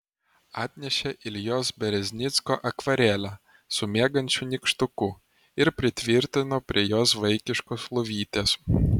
atnešė iljos bereznicko akvarelę su miegančiu nykštuku ir pritvirtino prie jos vaikiškos lovytės